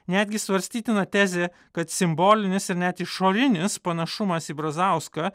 netgi svarstytina tezė kad simbolinis ir net išorinis panašumas į brazauską